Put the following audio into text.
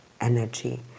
energy